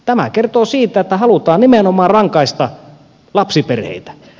tämä kertoo siitä että halutaan nimenomaan rangaista lapsiperheitä